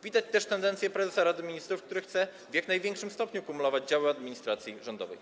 Widać też tendencje, zamiary prezesa Rady Ministrów, który chce w jak największym stopniu kumulować działy administracji rządowej.